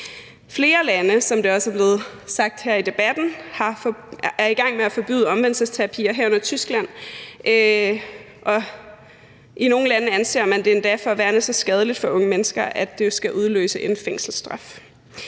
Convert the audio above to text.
i debatten, i gang med at forbyde omvendelsesterapi, herunder Tyskland. I nogle lande anser man det endda for at være så skadeligt for unge mennesker, at det skal udløse en fængselsstraf.